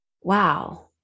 wow